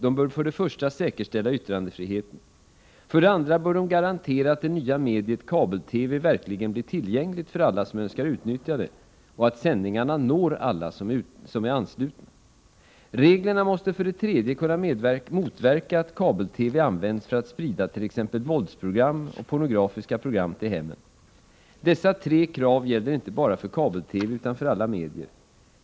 De bör för det första säkerställa yttrandefriheten. För det andra bör de garantera att det nya mediet kabel-TV verkligen blir tillgängligt för alla som önskar utnyttja det och att sändningarna når alla som är anslutna. Reglerna måste för det tredje kunna motverka att kabel-TV används för att sprida t.ex. våldsprogram och pornografiska program till hemmen. Dessa tre krav gäller inte bara för kabel-TV utan för alla medier.